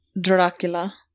Dracula